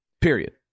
Period